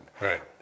Right